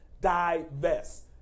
divest